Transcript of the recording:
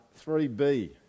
3B